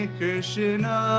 Krishna